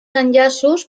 enllaços